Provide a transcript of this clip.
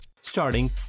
Starting